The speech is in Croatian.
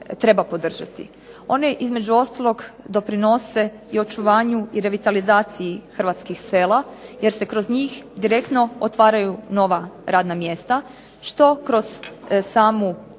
One, između ostalog, doprinose i očuvanju i revitalizaciji hrvatskih sela jer se kroz njih direktno otvaraju nova radna mjesta što kroz samu